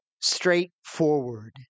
straightforward